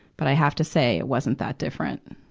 but i have to say, it wasn't that different.